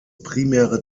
primäre